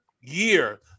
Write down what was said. year